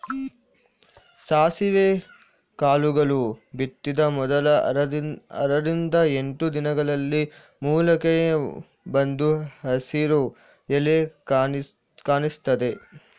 ಸಾಸಿವೆ ಕಾಳುಗಳು ಬಿತ್ತಿದ ಮೊದಲ ಆರರಿಂದ ಎಂಟು ದಿನಗಳಲ್ಲಿ ಮೊಳಕೆ ಬಂದು ಹಸಿರು ಎಲೆ ಕಾಣಿಸ್ತದೆ